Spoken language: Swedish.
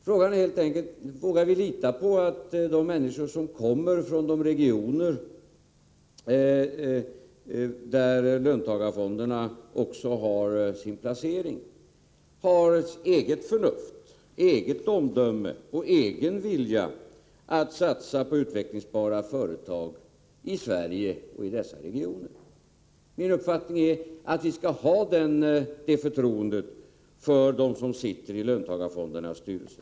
Frågan är helt enkelt: Vågar vi lita på att människorna som kommer från de regioner där löntagarfonderna finns har eget förnuft, eget omdöme och egen vilja att satsa på utvecklingsbara företag, i Sverige och i dessa regioner? Min uppfattning är att vi skall ha det förtroendet för dem som sitter i löntagarfondernas styrelser.